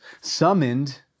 summoned